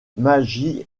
maggie